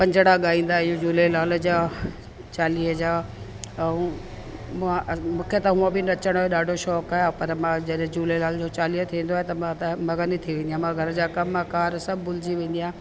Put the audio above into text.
पंजिणा ॻाईंदा आहियूं झूलेलाल जा चालीहे जा ऐं मूंखे त हूंअं बि नचण जो ॾाढो शौक़ु आहे पर मां जॾहिं झूलेलाल जो चालीहो थींदो आहे त मां त मगन ई थी वेंदी आहियां मां घर जा कमकार सभु भुलिजी वेंदी आहियां